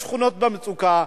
בשכונות מצוקה.